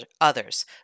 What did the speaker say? others